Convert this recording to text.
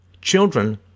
Children